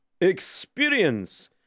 Experience